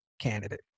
candidate